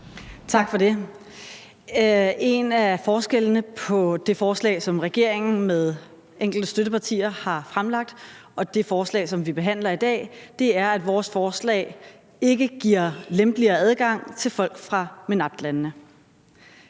Tak for det. En af forskellene på det forslag, som regeringen med enkelte støttepartier har fremlagt, og det forslag, som vi behandler i dag, er, at vores forslag ikke giver lempeligere adgang til folk fra MENAPT-landene.